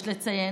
יש לציין,